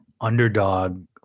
underdog